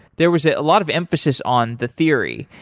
there was a lot of emphasis on the theory.